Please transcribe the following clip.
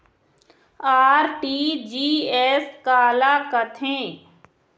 RTGS काला कथें?